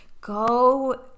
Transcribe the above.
go